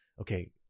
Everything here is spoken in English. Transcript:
okay